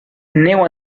neu